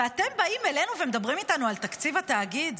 ואתם באים אלינו ומדברים איתנו על תקציב התאגיד?